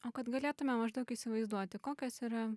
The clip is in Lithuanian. o kad galėtume maždaug įsivaizduoti kokios yra